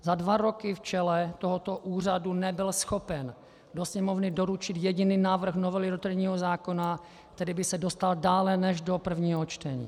Za dva roky v čele tohoto úřadu nebyl schopen do Sněmovny doručit jediný návrh novely loterijního zákona, který by se dostal dále než do prvního čtení.